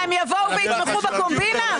הם יבואו ויתמכו בקומבינה?